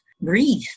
breathe